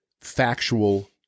factual